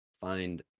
find